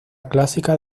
clásica